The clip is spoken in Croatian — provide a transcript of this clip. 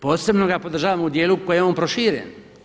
Posebno ga podržavamo u dijelu u kojem je on proširen.